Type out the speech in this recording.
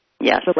Yes